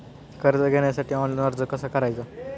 कर्ज घेण्यासाठी ऑनलाइन अर्ज कसा करायचा?